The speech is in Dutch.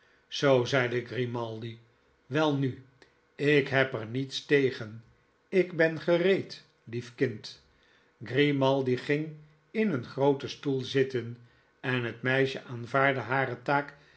zoo zeide grimaldi welnu ik heb er niets tegen ik ben gereed lief kind grimaldi ging in een grooten stoel zitten en het meisje aanvaardde hare taak